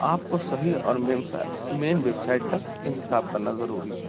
آپ كو صحیح اور مین سا ویب سائٹ کا انتخاب کرنا ضروری ہے